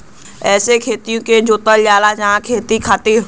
एहसे खेतो के जोतल जाला खेती खातिर